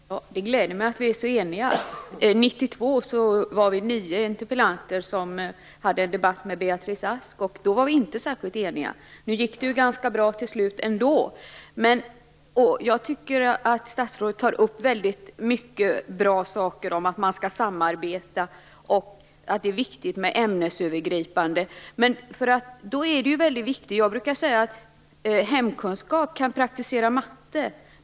Fru talman! Det gläder mig att vi är så eniga. År 1992 var vi nio interpellanter som hade en debatt med Beatrice Ask. Då var vi inte särskilt eniga. Men det gick ju ganska bra till slut ändå. Statsrådet tar upp flera bra saker, t.ex. att man skall samarbeta och att det är viktigt med ämnesövergripande undervisning. Jag brukar säga att man i hemkunskap kan praktisera matematik.